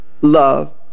love